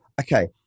okay